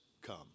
come